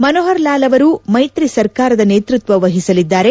ಮನೋಪರ್ ಲಾಲ್ ಅವರು ಮೈತ್ರಿ ಸರ್ಕಾರದ ನೇತೃತ್ವ ವಹಿಸಲಿದ್ದಾರೆ